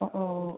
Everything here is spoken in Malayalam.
ഒ ഓ ഓ